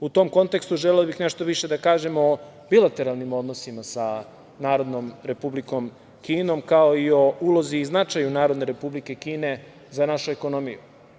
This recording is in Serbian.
U tom kontekstu bih želeo nešto više da kažem o bilateralnim odnosima sa Narodnom Republikom Kinom, kao i o ulozi i značaju Narodne Republike Kine za našu ekonomiju.